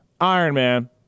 Ironman